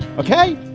ok.